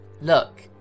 Look